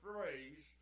phrase